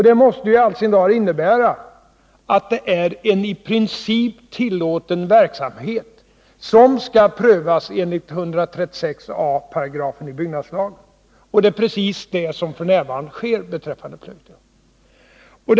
Det måste ju i all sin dar innebära att det är en i princip tillåten verksamhet som skall prövas enligt 136a§ byggnadslagen. Det är precis det som f.n. sker beträffande Pleutajokk.